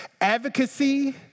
advocacy